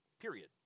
period